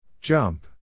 Jump